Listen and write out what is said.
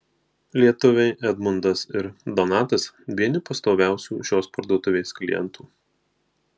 lietuviai edmundas ir donatas vieni pastoviausių šios parduotuvės klientų